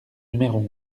numéro